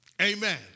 Amen